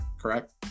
correct